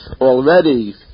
already